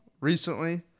recently